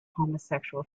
homosexual